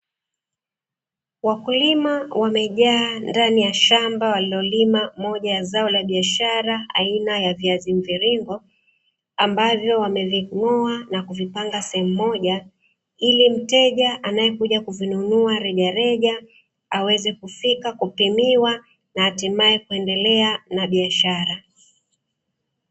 Wakulima wamejaa ndani ya shamba walilolima moja ya zao la biashara aina ya viazi mviringo, ambavyo wameving'oa na kuvipanga sehemu moja ili mteja anayekuja kuvinunua rejareja aweze kufika kupimiwa na hatimaye kuendelea na biashara.